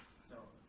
so,